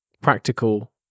practical